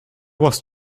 was